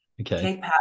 Okay